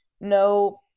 no